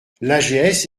l’ags